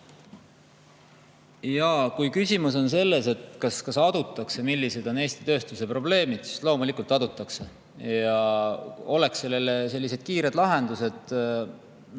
Kui küsimus on selles, kas adutakse, millised on Eesti tööstuse probleemid, siis loomulikult adutakse. Oleks sellele kiireid lahendusi,